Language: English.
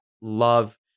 love